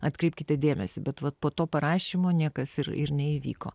atkreipkite dėmesį bet vat po to parašymo niekas ir ir neįvyko